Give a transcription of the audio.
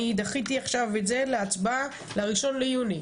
אני דחיתי עכשיו את זה להצבעה ל- 1 ליוני,